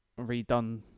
redone